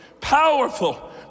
powerful